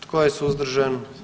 Tko je suzdržan?